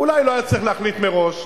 אולי לא היה צריך להחליט מראש,